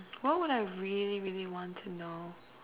what would I really really want to know